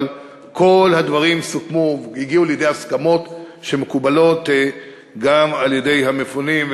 אבל כל הדברים סוכמו והגיעו לידי הסכמות שמקובלות גם על המפונים.